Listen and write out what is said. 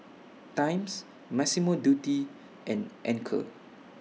Times Massimo Dutti and Anchor